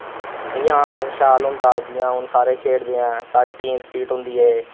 इयां शैल होंदा जि'यां हुन सारे खेढदे ऐं सारे टीमस्पिरिट होंदी ऐ